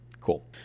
cool